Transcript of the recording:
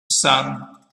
sun